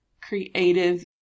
creative